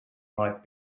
might